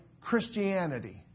Christianity